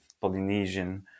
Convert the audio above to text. Polynesian